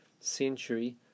century